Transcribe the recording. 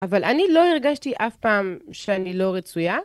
אבל אני לא הרגשתי אף פעם שאני לא רצויה.